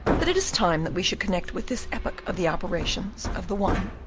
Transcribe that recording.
but it is time that we should connect with this epoch of the operations of the one,